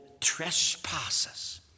trespasses